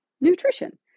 nutrition